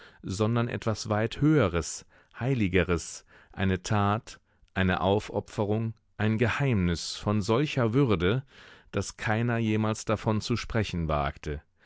sondern etwas weit höheres heiligeres eine tat eine aufopferung ein geheimnis von solcher würde daß keiner jemals davon zu sprechen wagte